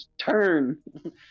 Turn